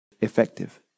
effective